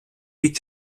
під